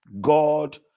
God